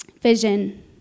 vision